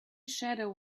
shadow